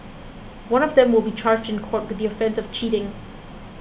one of them will be charged in court with the offence of cheating